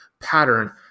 pattern